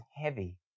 heavy